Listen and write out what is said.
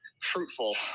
Fruitful